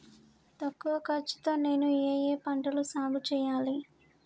తక్కువ ఖర్చు తో నేను ఏ ఏ పంటలు సాగుచేయాలి?